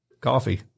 Coffee